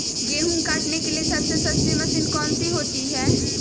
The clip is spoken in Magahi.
गेंहू काटने के लिए सबसे सस्ती मशीन कौन सी होती है?